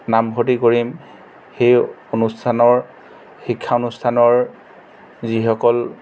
নামভৰ্তি কৰিম সেই অনুষ্ঠানৰ শিক্ষানুষ্ঠানৰ যিসকল